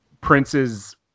Prince's